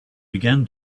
began